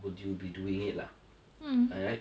would you be doing it lah am I right